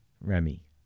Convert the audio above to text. Remy